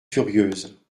furieuses